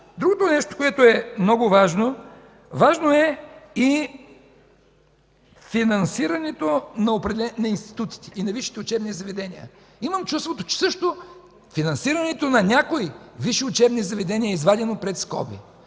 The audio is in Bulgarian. Другото нещо, което е много важно – важно е и финансирането на институтите и на висшите учебни заведения. Имам чувството, че финансирането на някои висши учебни заведения е извадено пред скоби.